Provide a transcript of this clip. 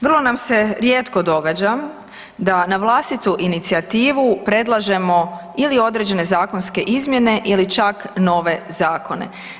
Vrlo nam se rijetko događa da na vlastitu inicijativu predlažemo ili određene zakonske izmjene ili čak nove zakone.